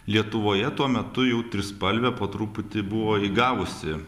lietuvoje tuo metu jau trispalvė po truputį buvo įgavusi